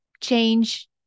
change